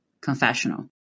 confessional